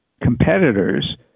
competitors